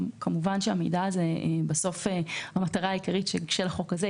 כמובן שהמטרה העיקרית של החוק הזה,